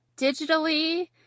digitally